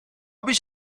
بیش